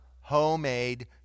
homemade